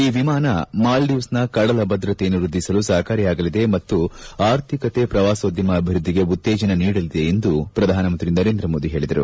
ಈ ವಿಮಾನ ಮಾಲ್ಲೀವ್ಸ್ನ ಕಡಲ ಭದ್ರತೆಯನ್ನು ವ್ಯಧಿಸಲು ಸಹಕಾರಿಯಾಗಲಿದೆ ಮತ್ತು ಆರ್ಥಿಕತೆ ಪ್ರವಾಸೋದ್ದಮ ಅಭಿವ್ಯಧಿಗೆ ಉತ್ತೇಜನ ನೀಡಲಿದೆ ಎಂದು ಪ್ರಧಾನಿ ನರೇಂದ್ರ ಮೋದಿ ಹೇಳಿದರು